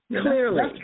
clearly